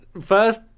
First